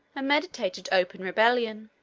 meditated open rebellion.